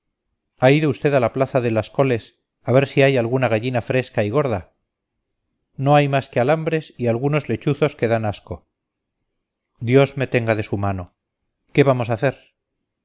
ha ido usted a la plaza de las coles a ver si hay alguna gallina fresca y gorda no hay más que alambres y algunos lechuzos que dan asco dios me tenga de su mano qué vamos a hacer